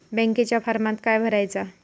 बँकेच्या फारमात काय भरायचा?